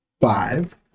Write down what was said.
Five